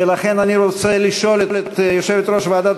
ולכן אני רוצה לשאול את יושבת-ראש ועדת